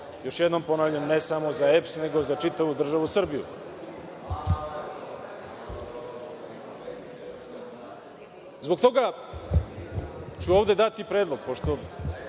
još jednom ponavljam, ne samo za EPS nego za čitavu državu Srbiju. Zbog toga ću ovde dati predlog, pošto